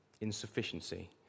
insufficiency